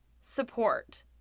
support